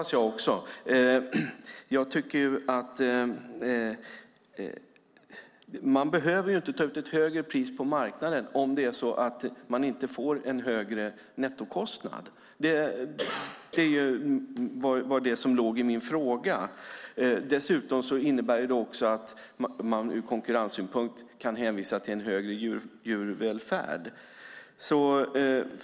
Herr talman! Det hoppas jag också. Man behöver inte ta ut högre pris på marknaden om man inte får högre nettokostnad. Det var det som låg i min fråga. Dessutom kan man ur konkurrenssynpunkt hänvisa till högre djurvälfärd.